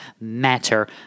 matter